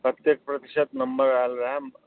कतेक प्रतिशत नम्बर आएल रहै